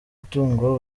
itungo